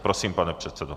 Prosím, pane předsedo.